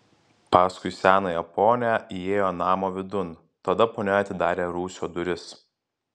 paskui senąją ponią įėjo namo vidun tada ponia atidarė rūsio duris